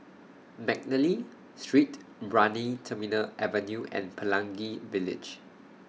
Mcnally Street Brani Terminal Avenue and Pelangi Village